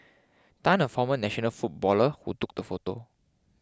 Tan a former national footballer who took the photo